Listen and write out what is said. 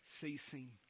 ceasing